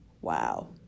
wow